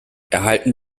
erhalten